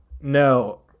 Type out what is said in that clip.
No